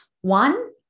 one